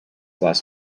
less